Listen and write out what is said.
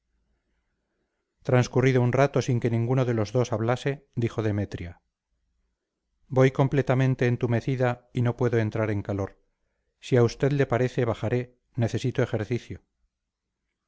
transcurrido un rato sin que ninguno de los dos hablase dijo demetria voy completamente entumecida y no puedo entrar en calor si a usted le parece bajaré necesito ejercicio